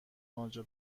آنجا